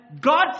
God